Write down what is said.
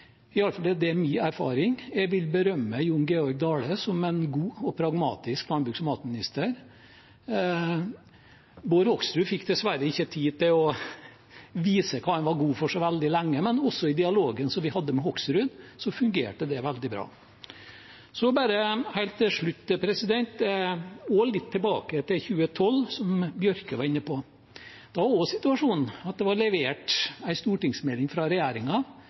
det min erfaring. Jeg vil berømme Jon Georg Dale som en god og pragmatisk landbruks- og matminister. Bård Hoksrud fikk dessverre ikke tid til å vise hva han var god for, så veldig lenge, men også i dialogen vi hadde med Hoksrud, fungerte det veldig bra. Så bare helt til slutt også litt tilbake til 2012, som representanten Bjørke var inne på. Da var også situasjonen at det var levert en stortingsmelding fra